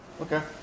Okay